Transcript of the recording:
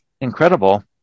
incredible